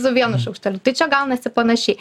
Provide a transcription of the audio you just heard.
su vienu šaukšteliu tai čia gaunasi panašiai